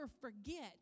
forget